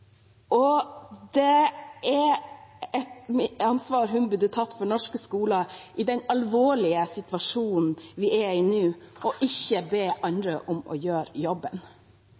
Det er et ansvar hun burde tatt for norske skoler i den alvorlige situasjonen vi er i nå, og ikke be andre om å gjøre jobben.